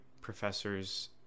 professors